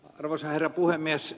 arvoisa herra puhemies